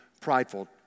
prideful